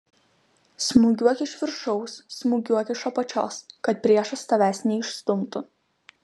smūgiuok iš viršaus smūgiuok iš apačios kad priešas tavęs neišstumtų